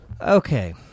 Okay